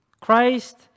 Christ